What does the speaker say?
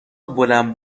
بلند